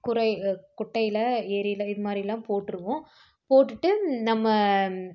குறை குட்டையில ஏரியில இது மாரிலாம் போட்ருவோம் போட்டுவிட்டு நம்ம